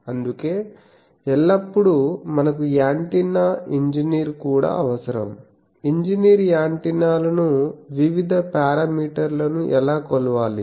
అందుకే ఎల్లప్పుడూ మనకు యాంటెన్నా ఇంజనీర్ కూడా అవసరం ఇంజనీర్ యాంటెన్నాలను వివిధ పారామీటర్లను ఎలా కొలవాలి